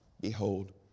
Behold